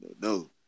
no